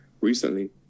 recently